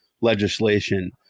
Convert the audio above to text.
legislation